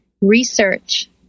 Research